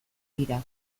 dira